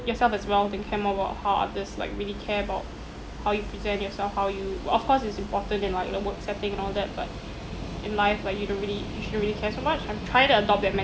yourself as well than care more about how others like really care about how you present yourself how you of course it's important in like in a work setting and all that but in life like you don't really you shouldn't really care so much I'm trying to adopt that